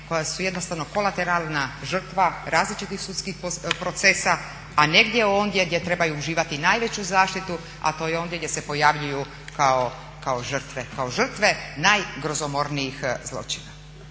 koja su jednostavno kolateralna žrtva različitih sudskih procesa, a ne gdje ondje gdje trebaju uživati najveću zaštitu, a to je ondje gdje se pojavljuju kao žrtve, kao žrtve najgrozomornijih zločina.